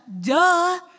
Duh